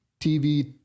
TV